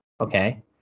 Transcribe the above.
Okay